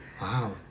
Wow